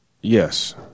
Yes